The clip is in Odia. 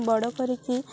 ବଡ଼ କରିକି